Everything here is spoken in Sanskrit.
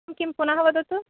किं पुनः वदतु